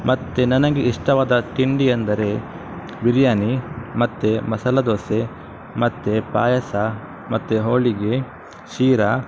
ಮತ್ತು ನನಗೆ ಇಷ್ಟವಾದ ತಿಂಡಿ ಎಂದರೆ ಬಿರಿಯಾನಿ ಮತ್ತು ಮಸಾಲೆ ದೋಸೆ ಮತ್ತು ಪಾಯಸ ಮತ್ತು ಹೋಳಿಗೆ ಶೀರ